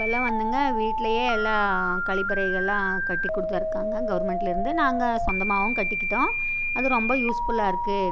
இப்பெல்லாம் வந்துங்க வீட்லேயே எல்லா கழிப்பறைகளெலாம் கட்டி கொடுத்தருக்காங்க கவுர்மெண்ட்லேருந்து நாங்கள் சொந்தமாகவும் கட்டிக்கிட்டோம் அது ரொம்ப யூஸ்ஃபுல்லாக இருக்குது